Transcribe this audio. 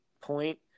point